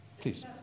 Please